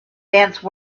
dance